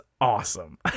awesome